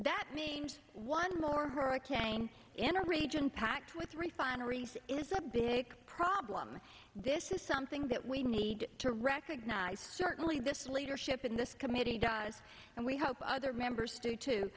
that means one more hurricane in a region packed with refineries is a big problem this is something that we need to recognize certainly this leadership in this committee does and we hope other members do to